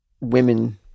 women